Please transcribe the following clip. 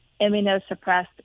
immunosuppressed